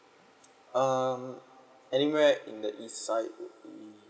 um anywhere in the east side